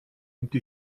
empty